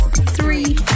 Three